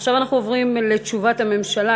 עכשיו אנחנו עוברים לתשובת הממשלה.